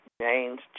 James